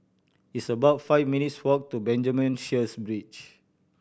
it's about five minutes' walk to Benjamin Sheares Bridge